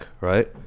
right